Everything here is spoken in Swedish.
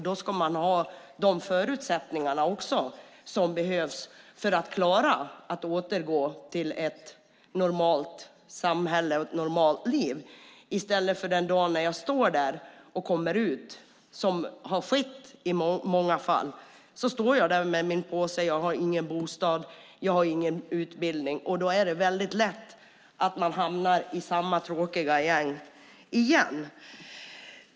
Då ska man ha de förutsättningar som behövs för att klara att återgå till ett normalt samhälle och ett normalt liv. Det ska inte vara så som har skett i många fall - att den dag man kommer ut och står där med sin påse har man ingen bostad och ingen utbildning. Då är det lätt att man hamnar i samma tråkiga gäng igen.